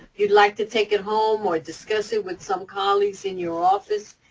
you'd like to take it home or discuss it with some colleagues in your office,